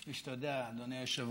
כפי שאתה יודע, אדוני היושב-ראש,